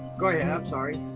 go ahead, i'm sorry.